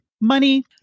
money